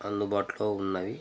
అందుబాటులో ఉన్నవి